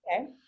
Okay